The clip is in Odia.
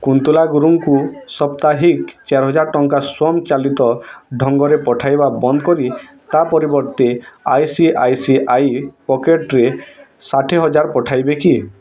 କୁନ୍ତଲା ଗୁରୁଙ୍କୁ ସପ୍ତାହିକ୍ ଚାର୍ ହଜାର ଟଙ୍କା ସ୍ୱୟଂ ଚାଲିତ୍ ଢ଼ଙ୍ଗରେ ପଠାଇବା ବନ୍ଦ କରି ତା ପରିବର୍ତ୍ତେ I C I C I ପକେଟ୍ରେ ଷାଠିଏ ହଜାର୍ ପଠାଇବେ କି